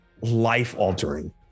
life-altering